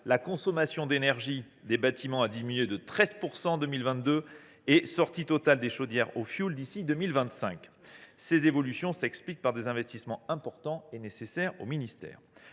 la consommation d’énergie des bâtiments a diminué de 13 % en 2022 ; une sortie totale des chaudières au fioul est prévue d’ici à 2025. Ces évolutions s’expliquent par des investissements importants et nécessaires du ministère.